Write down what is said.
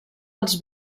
als